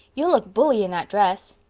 you look bully in that dress.